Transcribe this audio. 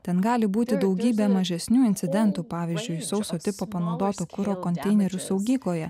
ten gali būti daugybė mažesnių incidentų pavyzdžiui sauso tipo panaudoto kuro konteinerių saugykloje